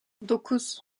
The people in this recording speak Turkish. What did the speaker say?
dokuz